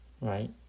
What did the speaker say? right